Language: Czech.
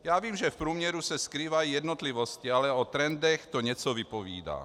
Já vím, že v průměru se skrývají jednotlivosti, ale o trendech to něco vypovídá.